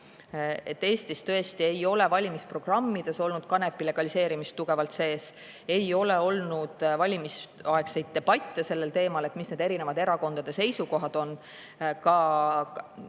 Eestis tõesti ei ole valimisprogrammides olnud kanepi legaliseerimist tugevalt sees, ei ole olnud valimisaegseid debatte sel teemal, et mis erinevate erakondade seisukohad on. Ka ametis